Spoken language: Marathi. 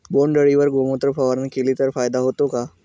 बोंडअळीवर गोमूत्र फवारणी केली तर फायदा होतो का?